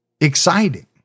exciting